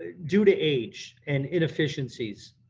due to age and efficiencies,